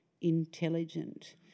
intelligent